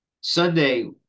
Sunday